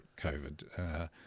COVID